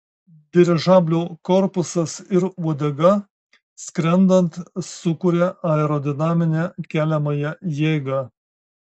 dirižablio korpusas ir uodega skrendant sukuria aerodinaminę keliamąją jėgą